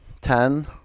Ten